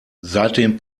seitdem